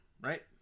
right